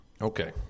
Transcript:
Okay